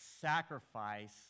sacrifice